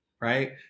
right